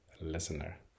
listener